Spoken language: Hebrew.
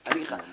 אני אגיד לך.